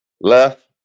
left